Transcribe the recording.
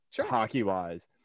hockey-wise